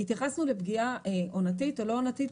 התייחסו לפגיעה עונתית או לא עונתית.